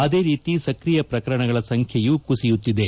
ಅದೇ ರೀತಿ ಸಕ್ರಿಯ ಪ್ರಕರಣಗಳ ಸಂಖ್ಯೆಯೂ ಕುಸಿಯುತ್ತಿದೆ